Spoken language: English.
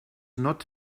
not